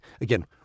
again